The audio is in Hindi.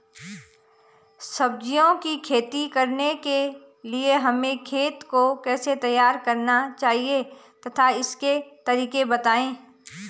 सब्जियों की खेती करने के लिए हमें खेत को कैसे तैयार करना चाहिए तथा उसके तरीके बताएं?